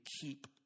keep